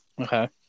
Okay